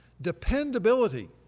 Dependability